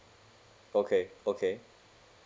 okay okay